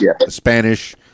Spanish